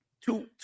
two